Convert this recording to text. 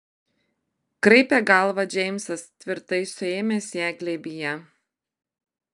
kraipė galvą džeimsas tvirtai suėmęs ją glėbyje